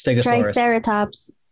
Triceratops